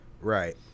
right